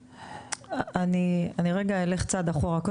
אני רגע אלך צעד אחורה.